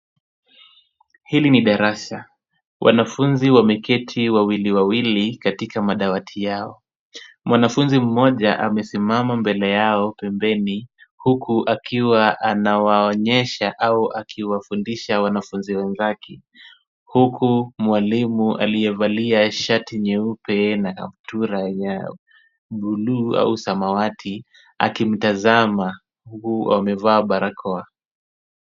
Hili ni darasa. Wanafunzi wameketi wawili wawili katika madawati yao. Mwanafunzi mmoja amesimama mbele yao pembeni huku akiwa anawaonyesha au akiwafundisha wanafunzi wenzake huku mwalimu aliyevalia shati nyeupe na kaptura ya buluu au samawati akimtazama huku amevaa barakoa.